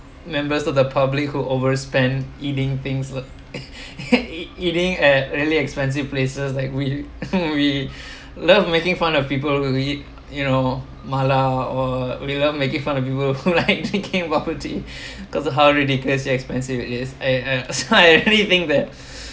members of the public who overspend eating things eating eh really expensive places like we we love making fun of people will eat you know mala or would making fun of people who like drinking bubble tea because of how ridiculously expensive it is so I really think that